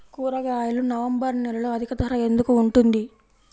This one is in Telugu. కూరగాయలు నవంబర్ నెలలో అధిక ధర ఎందుకు ఉంటుంది?